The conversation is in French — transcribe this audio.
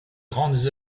grandes